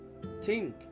Tink